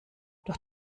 durch